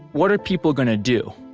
what are people gonna do?